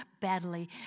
badly